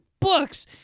books